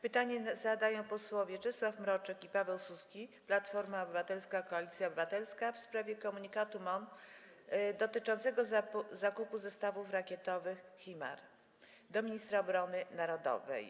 Pytanie zadają posłowie Czesław Mroczek i Paweł Suski, Platforma Obywatelska - Koalicja Obywatelska, w sprawie komunikatu MON dotyczącego kupna zestawów rakietowych HIMARS - do ministra obrony narodowej.